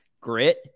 grit